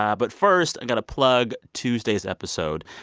um but first, i got to plug tuesday's episode.